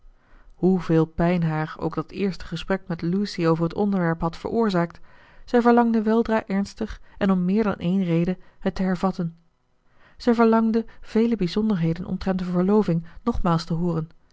hoeveel pijn haar ook dat eerste gesprek met lucy over het onderwerp had veroorzaakt zij verlangde weldra ernstig en om meer dan eene reden het te hervatten zij verlangde vele bijzonderheden omtrent hun verloving nogmaals te hooren